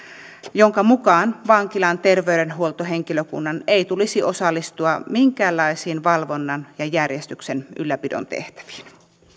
jonka mukaan vankilan terveydenhuoltohenkilökunnan ei tulisi osallistua minkäänlaisiin valvonnan ja järjestyksen ylläpidon tehtäviin